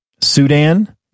Sudan